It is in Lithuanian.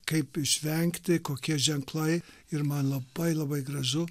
kaip išvengti kokie ženklai ir man labai labai gražu